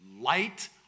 Light